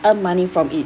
earn money from it